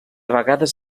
vegades